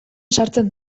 sartzen